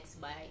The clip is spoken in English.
bye